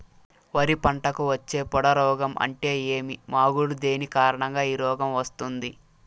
వరి పంటకు వచ్చే పొడ రోగం అంటే ఏమి? మాగుడు దేని కారణంగా ఈ రోగం వస్తుంది?